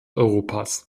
europas